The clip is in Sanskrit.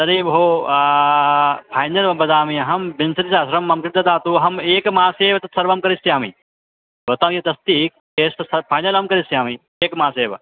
तर्हि भो फैनल् वदामि अहं विंशतिसहस्रं मम कृते ददातु एकमासे एव तत् सर्वं करिष्यामि भवतां यदस्ति केस् तु स फैनलहं करिष्यामि एकमासेव